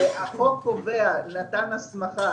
החוק נתן הסמכה